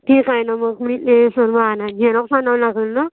ठीक आहे ना मग मी ते सर्व आनाय झेरॉक्स आणावं लागेल ना